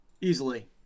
easily